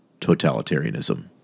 totalitarianism